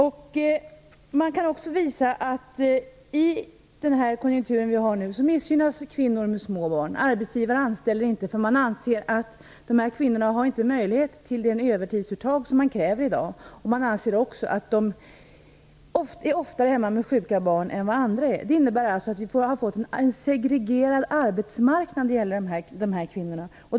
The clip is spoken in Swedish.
Man kan också visa att kvinnor med små barn missgynnas i den konjunktur vi har nu. Arbetsgivare anställer inte, för man anser att dessa kvinnor inte har möjlighet till det övertidsuttag man kräver i dag. Man anser också att de oftare är hemma med sjuka barn än vad andra är. Det innebär att vi har fått en segregerad arbetsmarknad när det gäller dessa kvinnor.